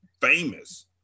famous